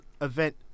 event